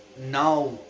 now